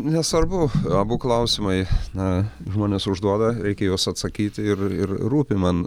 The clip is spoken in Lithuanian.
nesvarbu abu klausimai na žmonės užduoda reikia juos atsakyti ir ir rūpi man